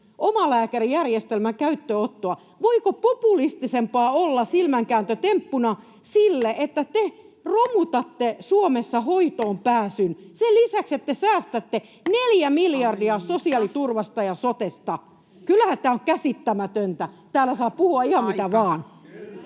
omalääkärijärjestelmän käyttöönottoa. Voiko olla populistisempaa silmänkääntötemppua sille, että te romutatte Suomessa hoitoonpääsyn sen lisäksi, että te säästätte neljä miljardia sosiaaliturvasta ja sotesta? [Puhemies: Aika!] Kyllähän tämä on käsittämätöntä. Täällä saa puhua ihan mitä vain.